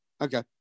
Okay